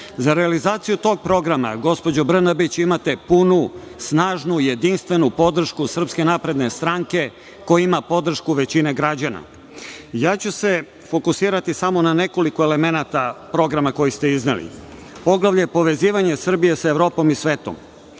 realizaciju tog programa, gospođo Brnabić, imate punu, snažnu, jedinstvenu podršku SNS, koja ima podršku većine građana. Ja ću se fokusirati samo na nekoliko elemenata programa koji ste izneli. Poglavlje povezivanje Srbije sa Evropom i svetom.